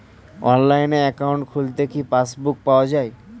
অনলাইনে একাউন্ট খুললে কি পাসবুক পাওয়া যায়?